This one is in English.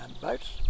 boats